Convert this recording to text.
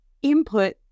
input